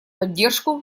поддержку